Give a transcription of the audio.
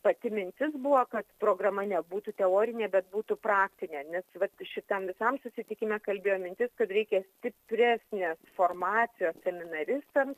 pati mintis buvo kad programa nebūtų teorinė bet būtų praktinė nes va šitam visam susitikime kalbėjo mintis kad reikia stipresnės formacijos seminaristam